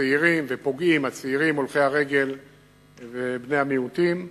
צעירים ופוגעים צעירים, הולכי הרגל ובני המיעוטים.